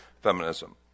feminism